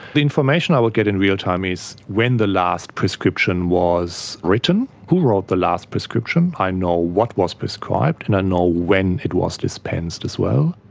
the information i will get in real-time is when the last prescription was written, who wrote the last prescription. i know what was prescribed, and i know when it was dispensed as well.